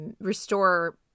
restore